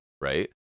right